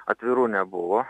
atvirų nebuvo